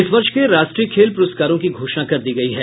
इस वर्ष के राष्ट्रीय खेल पुरस्कारों की घोषणा कर दी गयी है